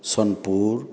Sonepur